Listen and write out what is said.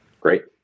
Great